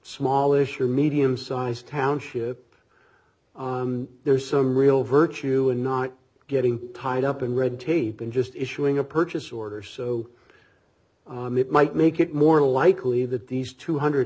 smallish or medium sized township there's some real virtue in not getting tied up in red tape and just issuing a purchase order so i'm it might make it more likely that these two hundred